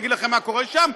הוא יגיד לכם מה קורה שם,